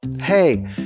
Hey